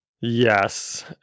Yes